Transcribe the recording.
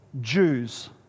Jews